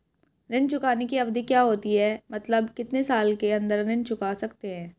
ऋण चुकाने की अवधि क्या होती है मतलब कितने साल के अंदर ऋण चुका सकते हैं?